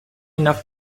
enough